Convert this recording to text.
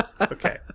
Okay